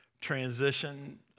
transition